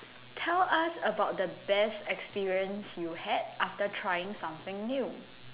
tell us about the best experience you had after trying something new